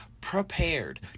prepared